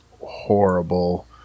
horrible